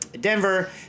Denver